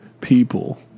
people